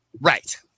Right